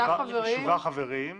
שבעה חברים.